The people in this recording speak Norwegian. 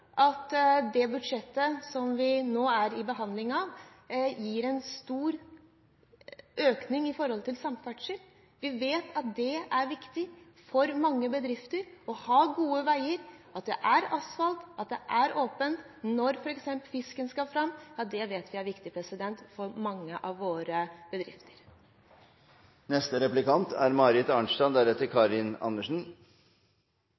at det budsjettet som vi nå har til behandling, gir en stor økning innenfor samferdsel. Vi vet at det er viktig for mange bedrifter å ha gode veier – at det er asfalt, at det er åpent – når f.eks. fisken skal fram. Det vet vi er viktig for mange av våre bedrifter. Senterpartiet er